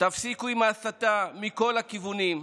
תפסיקו עם ההסתה מכל הכיוונים.